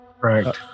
Right